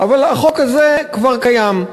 אבל החוק הזה כבר קיים,